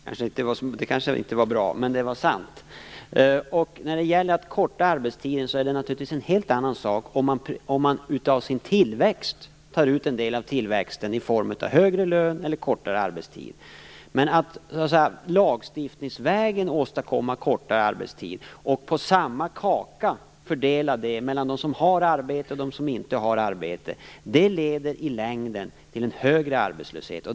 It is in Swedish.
Fru talman! Svaret kanske inte var bra, men det var sant. När det gäller att korta arbetstiden är det naturligtvis en helt annan sak om man av sin tillväxt tar ut en del i form av högre lön eller kortare arbetstid. Men att lagstiftningsvägen åstadkomma kortare arbetstid och fördela samma kaka mellan dem som har arbete och dem som inte har arbete leder i längden till högre arbetslöshet.